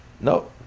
no